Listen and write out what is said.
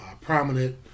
prominent